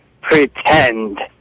pretend